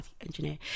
engineer